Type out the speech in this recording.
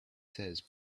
says